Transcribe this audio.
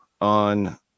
on